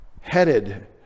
headed